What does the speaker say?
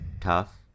tough